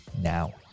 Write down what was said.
now